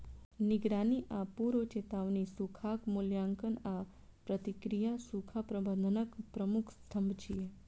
निगरानी आ पूर्व चेतावनी, सूखाक मूल्यांकन आ प्रतिक्रिया सूखा प्रबंधनक प्रमुख स्तंभ छियै